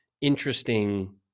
interesting